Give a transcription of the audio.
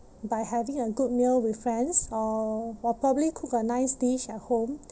by having a good meal with friends or or probably cook a nice dish at home